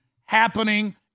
happening